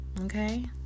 Okay